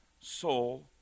soul